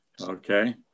Okay